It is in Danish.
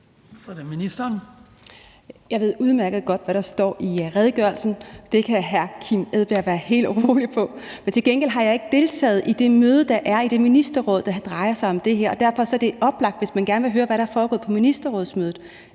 Jeg ved udmærket godt, hvad der står i redegørelsen. Det kan hr. Kim Edberg Andersen være helt sikker på, men til gengæld har jeg ikke deltaget i det møde, der var i det ministerråd, der drejer sig om det her. Hvis man gerne vil høre, hvad der er foregået på ministerrådsmødet,